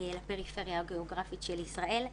לפריפריה הגיאוגרפית של ישראל.